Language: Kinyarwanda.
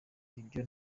ibyo